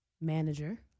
manager